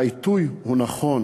העיתוי הוא נכון.